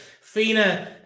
FINA